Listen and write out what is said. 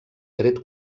tret